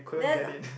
then